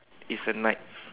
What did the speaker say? it's a night